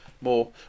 more